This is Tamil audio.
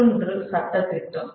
மற்றொன்று சட்டதிட்டம்